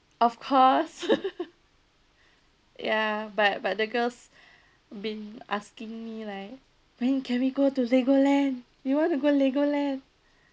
of course ya but but the girls been asking me like when can we go to legoland we want to go legoland